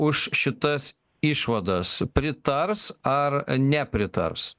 už šitas išvadas pritars ar nepritars